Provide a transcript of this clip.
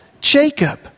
Jacob